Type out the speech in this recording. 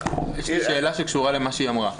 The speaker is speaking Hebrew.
--- לא, יש לי שאלה שקשורה למה שהיא אמרה.